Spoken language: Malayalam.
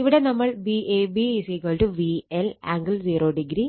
ഇവിടെ നമ്മൾ Vab VLആംഗിൾ 0o VL ആംഗിൾ 120o